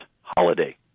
holiday